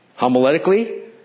homiletically